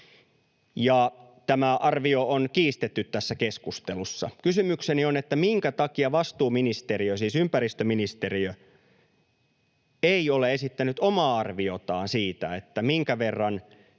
Tämä arvio on kiistetty tässä keskustelussa. Kysymykseni on: minkä takia vastuuministeriö, siis ympäristöministeriö, ei ole esittänyt omaa arviotaan siitä, minkä verran